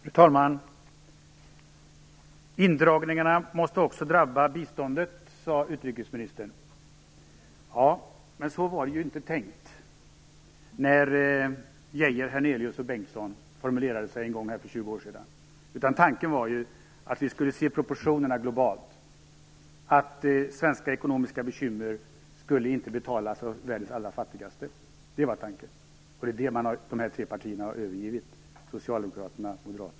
Fru talman! Indragningarna måste också drabba biståndet, sade utrikesministern. Men så var det inte tänkt, när Geijer, Hernelius och Bengtsson formulerade sig för 20 år sedan. Tanken var ju att vi skulle se proportionerna globalt och att svenska ekonomiska bekymmer inte skulle betalas av världens allra fattigaste. Det var tanken, men den har Socialdemokraterna, Moderaterna och Centern övergivit.